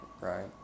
Right